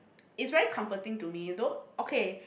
is very comforting to me though okay